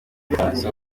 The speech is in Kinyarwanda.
bufaransa